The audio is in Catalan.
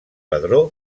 pedró